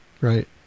right